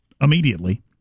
immediately